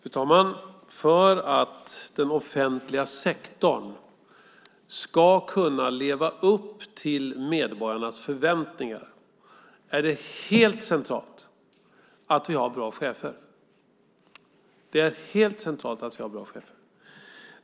Fru talman! För att den offentliga sektorn ska kunna leva upp till medborgarnas förväntningar är det helt centralt att vi har bra chefer.